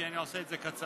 כי אני עושה את זה קצר.